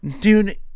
dude